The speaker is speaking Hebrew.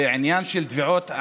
בעניין של תביעות,